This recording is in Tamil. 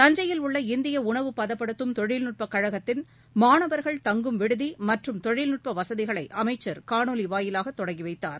தஞ்சையில் உள்ள இந்திய உணவு பதப்படுத்தும் தொழில்நுட்பக் கழகத்தின் மாணவர்கள் தங்கும் விடுதி மற்றும் தொழில்நுட்ப வசதிகளை அமைச்சர் காணொலி வாயிலாக தொடங்கி வைத்தார்